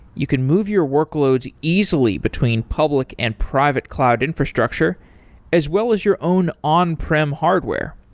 you can move your workloads easily between public and private cloud infrastructure as well as your own on-prim hardware.